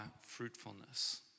fruitfulness